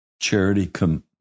Charity